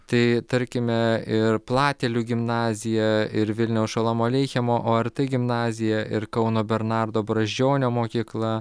tai tarkime ir platelių gimnazija ir vilniaus šolomo aleichemo ort gimnazija ir kauno bernardo brazdžionio mokykla